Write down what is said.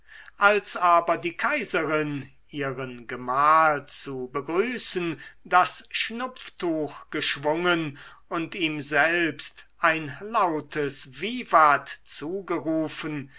als aber die kaiserin ihren gemahl zu begrüßen das schnupftuch geschwungen und ihm selbst ein lautes vivat zugerufen